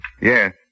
Yes